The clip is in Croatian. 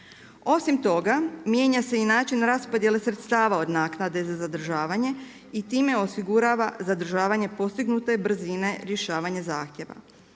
Osim toga, mijenja se i način raspodjele sredstava od naknade za zadržavanje i time osigurava zadržavanje postignute brzine rješavanja zahtjeva.